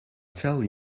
tell